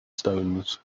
stones